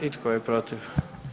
I tko je protiv?